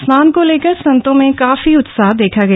स्नान को लेकर संतों में काफी उत्साह देखा गया